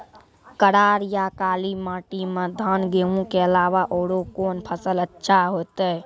करार या काली माटी म धान, गेहूँ के अलावा औरो कोन फसल अचछा होतै?